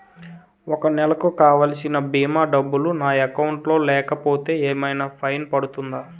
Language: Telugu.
ఒక నెలకు కావాల్సిన భీమా డబ్బులు నా అకౌంట్ లో లేకపోతే ఏమైనా ఫైన్ పడుతుందా?